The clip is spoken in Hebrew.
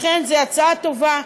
לכן, זו הצעה טובה.